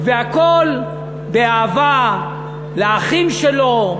והכול באהבה לאחים שלו: